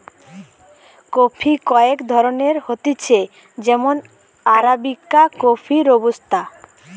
coffee কয়েক ধরণের হতিছে যেমন আরাবিকা কফি, রোবুস্তা